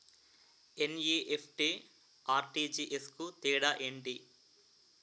NEFT, RTGS కు తేడా ఏంటి?